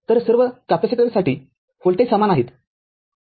तरसर्व कॅपेसिटरसाठी व्होल्टेज समान असेल